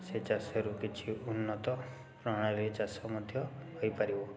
ସେ ଚାଷରୁ କିଛି ଉନ୍ନତ ପ୍ରଣାଳୀ ଚାଷ ମଧ୍ୟ ହେଇପାରିବ